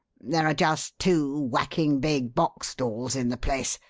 there are just two whacking big box stalls in the place.